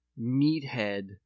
meathead